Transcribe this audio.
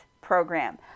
program